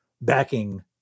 backing